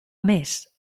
més